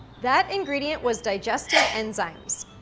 that ingredient was digestive enzymes.